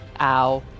Ow